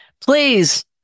Please